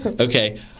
Okay